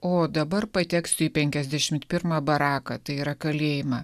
o dabar pateksiu į penkiasdešimt pirmą baraką tai yra kalėjimą